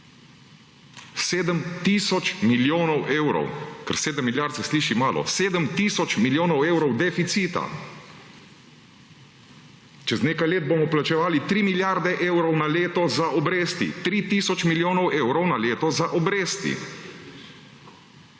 tisoč milijonov evrov, ker sedem milijard se sliši malo. Sedem tisoč milijonov evrov deficita. Čez nekaj let bomo plačevali 3 milijarde evrov na leto za obresti, tri tisoč milijonov evrov na leto za obresti.